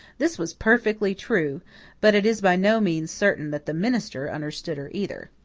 this was perfectly true but it is by no means certain that the minister understood her either.